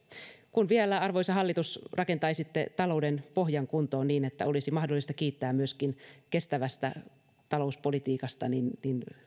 arvoisa hallitus kun vielä rakentaisitte talouden pohjan kuntoon niin että olisi mahdollista kiittää myöskin kestävästä talouspolitiikasta niin